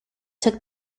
took